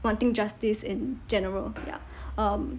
wanting justice in general ya um